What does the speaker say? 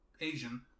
Asian